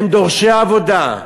הם דורשי עבודה.